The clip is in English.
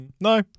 no